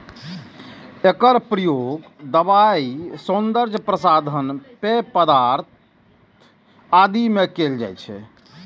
एकर प्रयोग दवाइ, सौंदर्य प्रसाधन, पेय पदार्थ आदि मे कैल जाइ छै